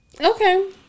Okay